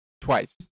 twice